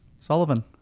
Sullivan